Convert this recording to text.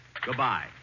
Goodbye